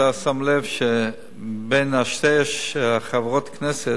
אתה שם לב שבין שתי חברות הכנסת,